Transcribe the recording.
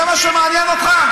זה מה שמעניין אותך?